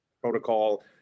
protocol